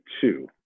two